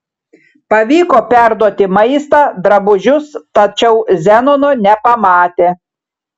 pavyko perduoti maistą drabužius tačiau zenono nepamatė